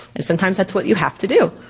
and sometimes that's what you have to do.